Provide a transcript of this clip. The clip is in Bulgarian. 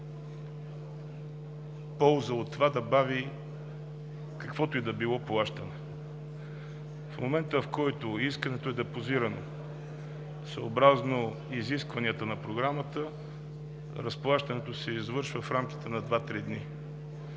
полза от това да бави каквото и да било плащане. В момента, в който искането е депозирано съобразно изискванията на Програмата, разплащането се извършва в рамките на два-три дни.